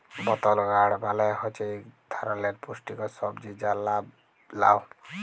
বতল গাড় মালে হছে ইক ধারালের পুস্টিকর সবজি যার লাম লাউ